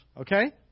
okay